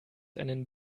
einen